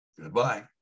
Goodbye